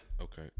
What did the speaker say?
Okay